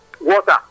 water